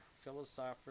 philosopher